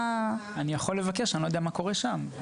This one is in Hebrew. אני לא אומר יהודים ומזרחיים,